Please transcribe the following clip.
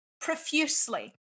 profusely